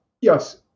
Yes